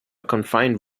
confined